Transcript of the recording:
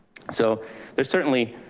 so there's certainly